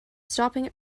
stopping